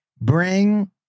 Bring